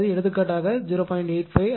அதாவது எடுத்துக்காட்டாக 0